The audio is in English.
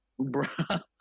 Bruh